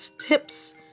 tips